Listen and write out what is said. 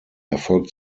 erfolgt